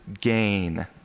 gain